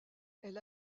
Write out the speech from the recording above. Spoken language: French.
elle